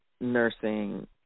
nursing